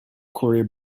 corey